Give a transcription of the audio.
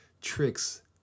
tricks